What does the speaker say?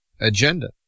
agenda